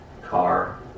car